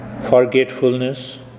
Forgetfulness